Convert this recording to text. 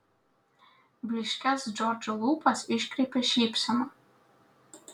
blyškias džordžo lūpas iškreipė šypsena